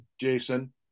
Jason